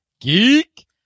Geek